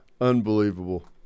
Unbelievable